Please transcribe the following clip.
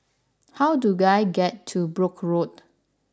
how do I get to Brooke Road